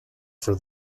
for